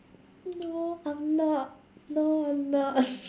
no I'm not no I'm not